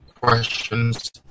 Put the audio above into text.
questions